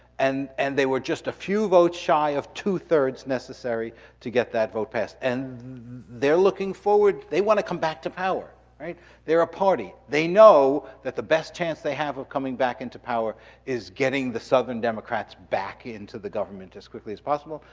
and and they were just a few votes shy of two thirds necessary to get that vote passed. and they're looking forward, they wanna come back to power. they're a party, they know that the best chance they have of coming back into power is getting the southern democrats back into the government as quickly as possible.